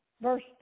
verse